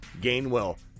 Gainwell